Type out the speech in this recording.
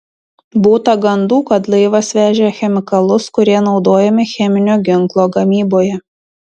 būta gandų kad laivas vežė chemikalus kurie naudojami cheminio ginklo gamyboje